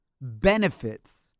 benefits